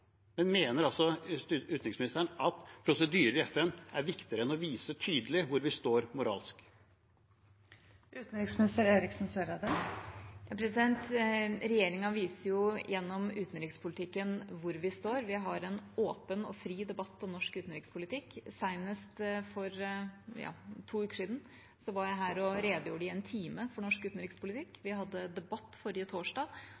Mener altså utenriksministeren at prosedyrer i FN er viktigere enn å vise tydelig hvor vi står moralsk? Regjeringa viser gjennom utenrikspolitikken hvor vi står. Vi har en åpen og fri debatt om norsk utenrikspolitikk. Senest for to uker siden var jeg her og redegjorde for norsk utenrikspolitikk i én time. Vi hadde debatt forrige torsdag.